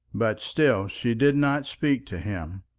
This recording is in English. but still she did not speak to him.